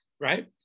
right